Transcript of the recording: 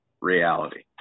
reality